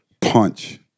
punch